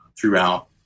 throughout